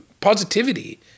positivity